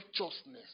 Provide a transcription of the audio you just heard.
righteousness